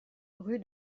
rue